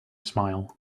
smile